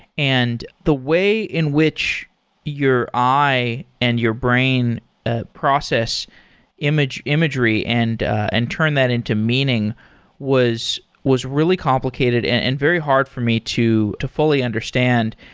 and the way in which your eye and your brain ah process imagery imagery and and turn that into meaning was was really complicated and and very hard for me to to fully understand,